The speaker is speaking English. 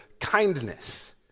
kindness